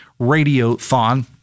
Radiothon